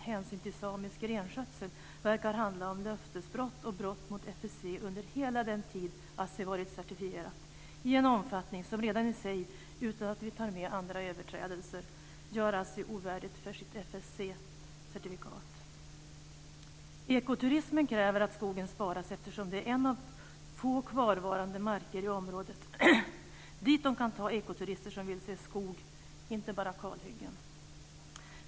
Assi Domän verkar under hela den tid företaget varit certifierat ha begått löftesbrott och brott mot Omfattningen av dessa brott i sig, andra överträdelser ej medtagna, gör Assi Domän ovärdigt sitt FSC Ekoturismen kräver att skogen på Sörfligget sparas. Det är en av få kvarvarande marker i området dit man kan ta ekoturister som vill se skog och inte bara kalhyggen.